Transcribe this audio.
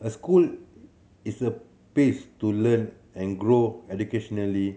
a school is a place to learn and grow educationally